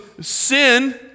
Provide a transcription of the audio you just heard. sin